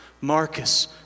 Marcus